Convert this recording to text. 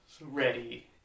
ready